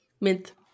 Mint